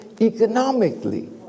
economically